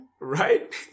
right